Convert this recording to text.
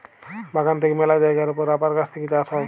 বাগান থেক্যে মেলা জায়গার ওপর রাবার গাছ থেক্যে চাষ হ্যয়